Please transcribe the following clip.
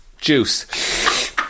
Juice